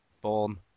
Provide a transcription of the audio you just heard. born